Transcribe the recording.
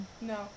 No